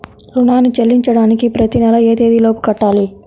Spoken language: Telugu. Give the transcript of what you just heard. రుణాన్ని చెల్లించడానికి ప్రతి నెల ఏ తేదీ లోపు కట్టాలి?